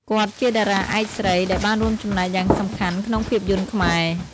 គាត់ជាតារាឯកស្រីដែលបានរួមចំណែកយ៉ាងសំខាន់ក្នុងភាពយន្តខ្មែរ។